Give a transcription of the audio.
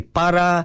para